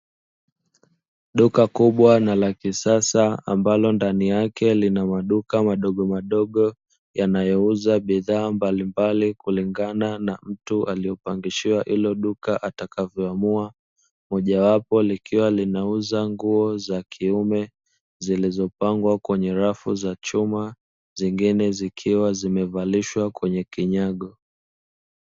Duka kubwa na la kisasa ambalo ndani yake lina maduka madogo madogo yanayouza bidhaa mbalimbali kulingana na mtu aliyepangishiwa hilo duka atakavyoamua, moja wapo likiwa linauza nguo za kiume zilizopangwa kwenye rafu za chuma, zingine zikiwa zimevarishwa kwenye kinyago.